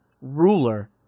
ruler